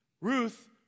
Ruth